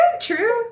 true